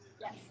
Yes